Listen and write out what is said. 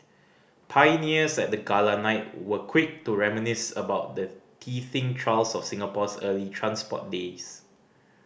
pioneers at the gala night were quick to reminisce about the teething trials of Singapore's early transport days